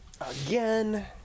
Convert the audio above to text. again